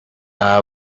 aba